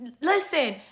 Listen